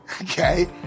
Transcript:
Okay